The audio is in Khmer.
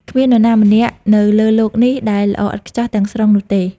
គ្មាននរណាម្នាក់នៅលើលោកនេះដែលល្អឥតខ្ចោះទាំងស្រុងនោះទេ។